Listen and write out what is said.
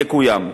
יקוים,